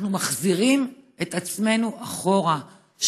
אנחנו מחזירים את עצמנו אחורה,